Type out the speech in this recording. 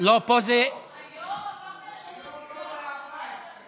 היום הפכת לרומנטיקן.